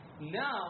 Now